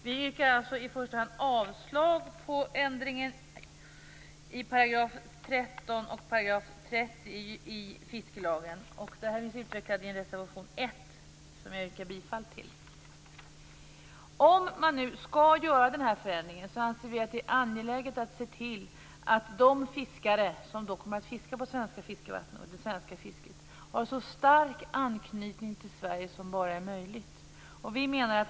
Vi yrkar i första hand avslag på ändringen i 13 och 30 §§ i fiskelagen. Detta utvecklas i reservation 1, som jag yrkar bifall till. Om man nu skall göra den här förändringen anser vi att det är angeläget att se till att de fiskare som då kommer att fiska på svenska fiskevatten har så stark anknytning till Sverige som möjligt.